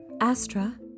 Astra